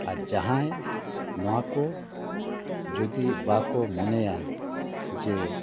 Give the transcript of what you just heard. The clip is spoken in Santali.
ᱟᱨ ᱡᱟᱦᱟᱸᱭ ᱱᱚᱣᱟ ᱠᱚ ᱡᱩᱫᱤ ᱵᱟᱠᱚ ᱢᱚᱱᱮᱭᱟ ᱡᱮ